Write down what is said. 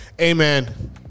Amen